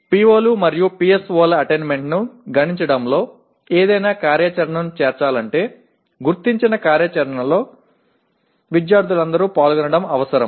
ஆனால் PO மற்றும் PSO க்கள் அடைவதை கணக்கிடுவதற்கு எந்த நடவடிக்கை சேர்க்கப்பட்டாலும் அடையாளம் காணப்பட்ட நடவடிக்கையில் அனைத்து மாணவர்களும் பங்கேற்க வேண்டியது அவசியம்